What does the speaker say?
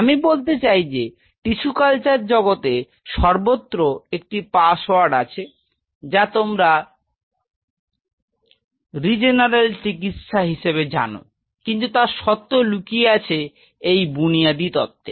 আমি বলতে চাই যে টিস্যু কালচার জগতে সর্বত্র একটি পাসওয়ার্ড আছে যা তোমরা রিজেনারেল চিকিৎসা হিসেবে জান কিন্তু তার সত্য লুকিয়ে আছে এই বুনিয়াদি তত্ত্বে